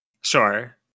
Sure